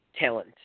talent